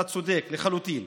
אתה צודק לחלוטין.